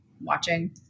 watching